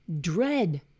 dread